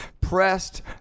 pressed